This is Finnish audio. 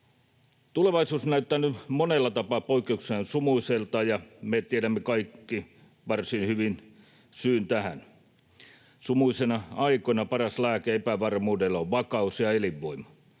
Tulevaisuus näyttää nyt monella tapaa poikkeuksellisen sumuiselta, ja me tiedämme kaikki varsin hyvin syyn tähän. Sumuisina aikoina paras lääke epävarmuudelle on vakaus ja elinvoima.